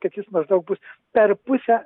kad jis maždaug bus per pusę